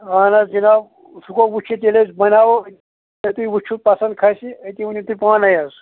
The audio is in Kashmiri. اَہن حظ جِناب سُہ گوٚو وٕچھِتھ ییٚلہِ أسۍ بَناوو أتی وٕچھُو پَسنٛد کھَسہِ أتی ؤنِو تُہۍ پانَے حظ